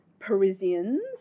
Parisians